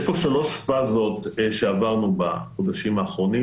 יש פה שלוש פאזות שעברנו בחודשים האחרונים